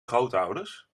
grootouders